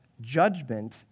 judgment